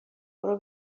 برو